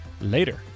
later